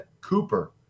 Cooper